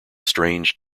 strange